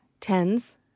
Tens